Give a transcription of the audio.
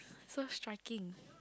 so striking